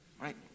Right